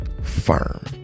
firm